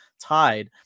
tied